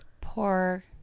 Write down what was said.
Poor